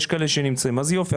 אז יופי,